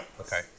Okay